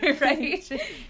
right